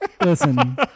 listen